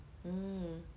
mm